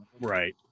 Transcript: Right